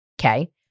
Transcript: Okay